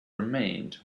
remained